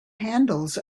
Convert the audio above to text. handles